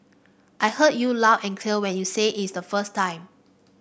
I heard you loud and clear when you said it the first time